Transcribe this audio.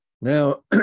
Now